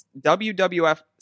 WWF